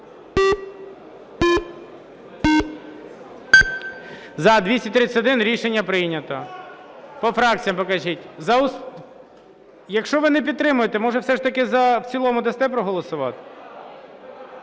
За-231 Рішення прийнято. По фракціям покажіть. Якщо ви не підтримуєте, може, все ж таки в цілому дасте проголосувати?